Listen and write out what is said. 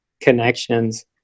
connections